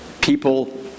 people